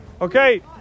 okay